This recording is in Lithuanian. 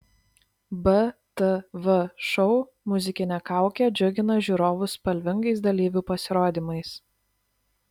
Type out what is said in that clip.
btv šou muzikinė kaukė džiugina žiūrovus spalvingais dalyvių pasirodymais